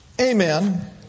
Amen